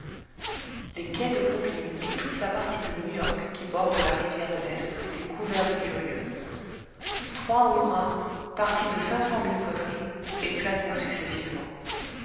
les quais de brooklyn et toute la partie de new york qui borde la rivière de l'est étaient couverts de curieux trois hurrahs partis de cinq cent mille poitrines éclatèrent successivement